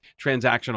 transactional